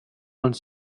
one